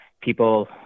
people